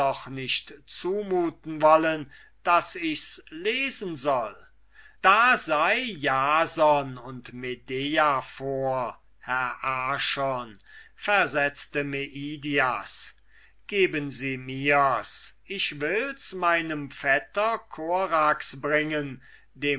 nicht zumuten wollen daß ichs lesen soll da sei jason und medea für herr archon versetzte meidias geben sie mir's ich will's meinem vetter korax bringen dem